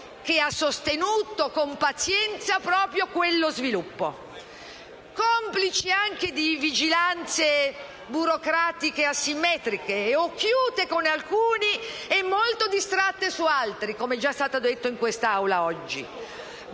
che ha sostenuto con pazienza proprio quello sviluppo. Complici anche di vigilanze burocratiche asimmetriche, occhiute con alcuni e molto distratte su altri, come è già stato detto in quest'Aula, oggi